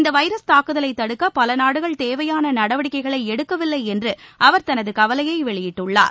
இந்த வைரஸ் தாக்குதலை தடுக்க பல நாடுகள் தேவையான நடவடிக்கைகளை எடுக்க வில்லை என்று அவர் தனது கவலையை வெளியிட்டுள்ளார்